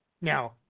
Now